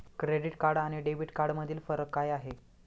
Credit card आणि debit कार्डमधील फरक काय आहे?